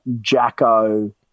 Jacko